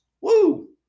Woo